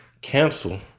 Cancel